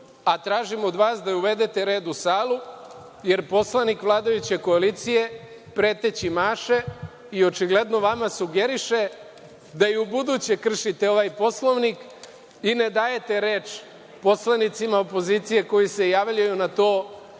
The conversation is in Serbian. a tražim od vas da uvedete red u sali, jer poslanik vladajuće koalicije preteći maše i očigledno vama sugeriše da i ubuduće kršite ovaj Poslovnik i ne dajete reč poslanicima opozicije koji se javljaju da na